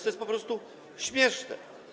To jest po prostu śmieszne.